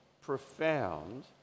profound